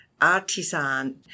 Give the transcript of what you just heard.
artisan